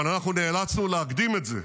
אבל אנחנו נאלצנו להקדים את זה,